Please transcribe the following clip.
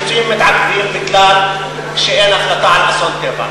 הפיצויים מתעכבים מכיוון שאין החלטה על אסון טבע.